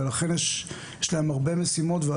ולכן יש להם הרבה משימות.